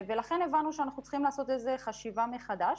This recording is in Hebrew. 7,000 הם אנשים שנמצא כי באו במגע קרוב הן על בסיס